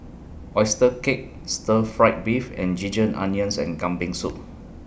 Oyster Cake Stir Fry Beef and Ginger Onions and Kambing Soup